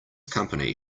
company